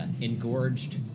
engorged